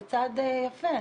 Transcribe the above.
זה צעד יפה.